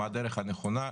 מה הדרך הנכונה?